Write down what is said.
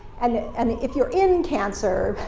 and and if you're in cancer,